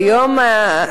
יפה מאוד.